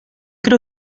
creo